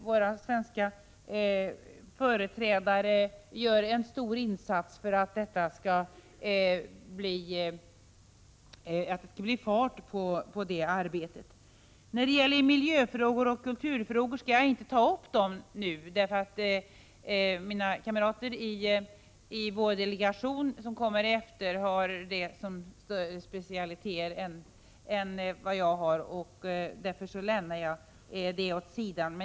Vår svenske representant gör en stor insats för att påskynda detta arbete. Miljöfrågorna och kulturfrågorna skall jag inte ta upp, eftersom mina kamrater i vår delegation, vilka står efter mig på talarlistan, bättre än jag känner till dessa saker. Därför lämnar jag dessa frågor åt sidan.